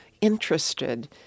interested